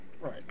Right